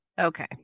Okay